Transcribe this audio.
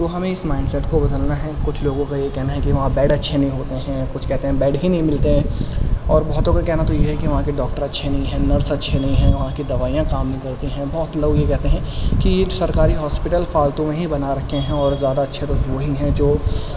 تو ہمیں اس مائنڈسیٹ کو بدلنا ہے کچھ لوگوں کا یہ کہنا ہے کہ وہاں بیڈ اچھے نہیں ہوتے ہیں کچھ کہتے ہیں بیڈ ہی نہیں ملتے ہیں اور بہتوں کا کہنا تو یہ ہے کہ وہاں کے ڈاکٹر اچھے نہیں ہیں نرس اچھے نہیں ہیں وہاں کی دوائیاں کام نہیں کرتی ہیں بہت لوگ یہ کہتے ہیں کہ یہ سرکاری ہاسپٹل فالتو میں ہی بنا رکھے ہیں اور زیادہ اچھے تو پھر وہی ہیں جو